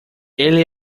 ele